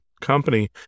company